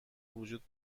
وجود